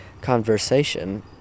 conversation